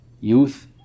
Youth